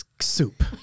soup